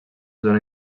zona